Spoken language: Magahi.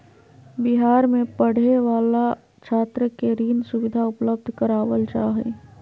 बिहार में पढ़े वाला छात्र के ऋण सुविधा उपलब्ध करवाल जा हइ